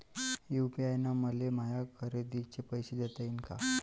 UPI न मले माया खरेदीचे पैसे देता येईन का?